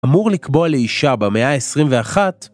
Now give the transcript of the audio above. אמור לקבוע לאישה במאה ה-21